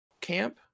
camp